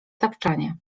tapczanie